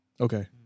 Okay